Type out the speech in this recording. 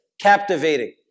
captivating